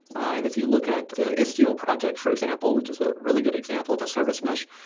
and if you look at the istio project for example, which is a really good example to service mesh,